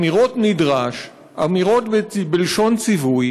אמירות "נדרש", אמירות בלשון ציווי.